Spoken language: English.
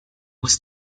was